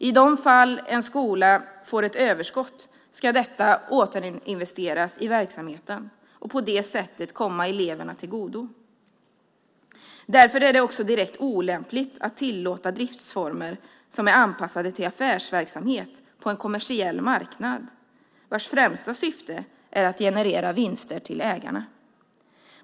I de fall en skola får ett överskott ska detta återinvesteras i verksamheten och på det sättet komma eleverna till godo. Därför är det också direkt olämpligt att tillåta driftsformer som är anpassade till affärsverksamhet på en kommersiell marknad, vars främsta syfte är att generera vinster till ägarna.